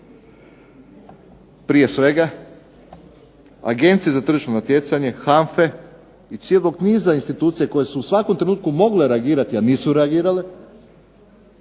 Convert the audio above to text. prije svega, Agencije za tržišno natjecanje, HANFA-e, i cijelog niza institucija koje su u svakom trenutku mogle reagirati a nisu reagirale,